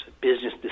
business